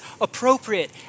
appropriate